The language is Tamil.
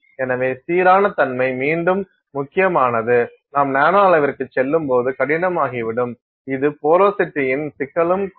எனவே சீரான தன்மை மீண்டும் முக்கியமானது நாம் நானோ அளவிற்குச் செல்லும்போது கடினமாகிவிடும் இது போரோசிட்டியின் சிக்கலும் கூட